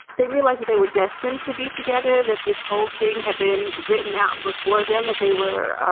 they realize that they were destined to be together, that this whole thing had been written out before them, that they were,